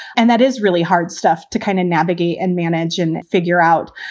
and that is really hard stuff. to kind of navigate and manage and figure out.